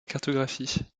cartographie